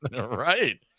Right